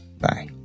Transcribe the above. bye